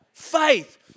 Faith